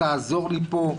תעזור לי פה,